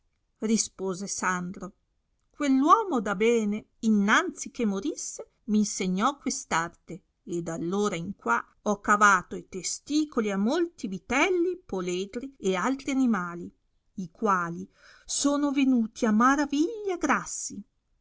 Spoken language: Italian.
rispose sandro quell'uomo da bene innanzi che morisse m'insegnò quest'arte e dall'ora in qua ho cavato e testicoli a molti vitelli poledri e altri animali i quali sono venuti a maraviglia grassi